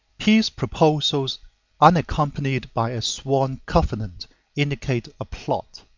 peace proposals unaccompanied by a sworn covenant indicate a plot.